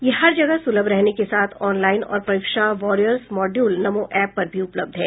यह हर जगह सुलभ रहने के साथ ऑनलाइन और परीक्षा वारियर्स मॉड्यूल नमो ऐप पर भी उपलब्ध है